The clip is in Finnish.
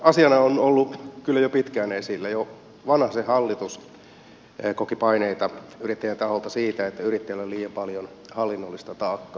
asiahan on ollut kyllä jo pitkään esillä jo vanhasen hallitus koki paineita yrittäjien taholta siitä että yrittäjillä on liian paljon hallinnollista taakkaa